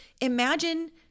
imagine